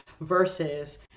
versus